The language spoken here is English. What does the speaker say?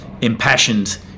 impassioned